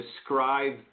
describe